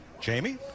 Jamie